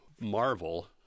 marvel